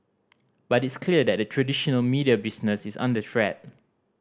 but it's clear that the traditional media business is under threat